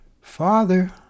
father